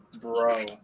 Bro